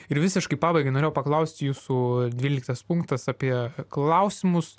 ir visiškai pabaigai norėjau paklaust jūsų dvyliktas punktas apie klausimus